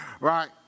right